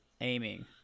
aiming